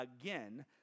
again